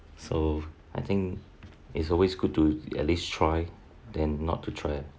so I think it's always good to at least try than not to try ah